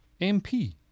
MP